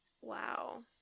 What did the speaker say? Wow